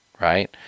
right